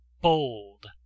bold